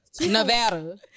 Nevada